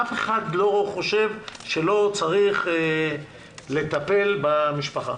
אף אחד לא חושב שלא צריך לטפל במשפחה.